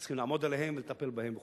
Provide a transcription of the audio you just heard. וצריכים לעמוד עליהן ולטפל בהן וכו'.